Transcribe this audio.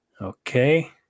Okay